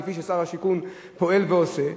כפי ששר השיכון פועל ועושה.